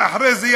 ואחרי זה,